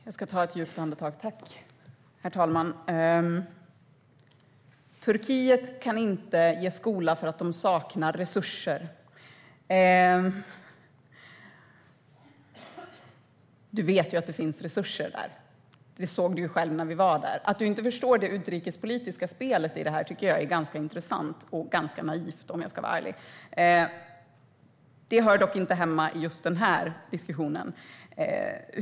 Herr talman! Jag ska först dra ett djupt andetag. Turkiet kan inte ge skola för att de saknar resurser, säger Markus Wiechel. Du vet att det finns resurser där; det såg du själv när vi var där. Att du inte förstår det utrikespolitiska spelet i detta tycker jag är ganska intressant och ganska naivt, om jag ska vara ärlig. Det hör dock inte hemma i just denna diskussion.